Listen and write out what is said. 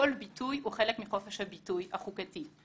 כל ביטוי הוא חלק מחופש הביטוי החוקתי,